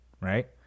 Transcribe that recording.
right